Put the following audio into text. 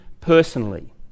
personally